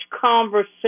conversation